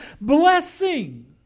blessing